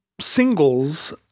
singles